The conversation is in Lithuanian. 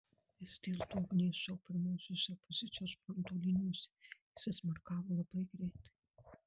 vis dėlto ugnies šou pirmosiose opozicijos fronto linijose įsismarkavo labai greitai